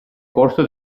corso